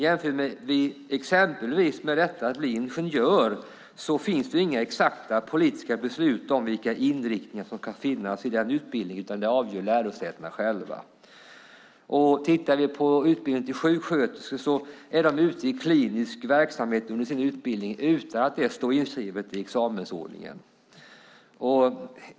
Vi kan till exempel jämföra med att bli ingenjör. Det finns inga exakta politiska beslut om vilka inriktningar som ska finnas i den utbildningen, utan det avgör lärosätena själva. De som utbildar sig till sjuksköterskor är ute i klinisk verksamhet under sin utbildning utan att det står inskrivet i examensordningen.